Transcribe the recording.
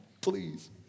please